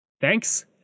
Thanks